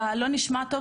אתה לא נשמע טוב,